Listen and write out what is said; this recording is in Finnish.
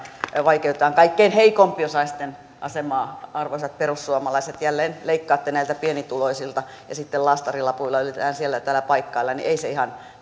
vaikeutetaan kaikkein heikompiosaisten asemaa arvoisat perussuomalaiset jälleen leikkaatte näiltä pienituloisilta ja sitten laastarilapuilla yritetään siellä täällä paikkailla ei sen ihan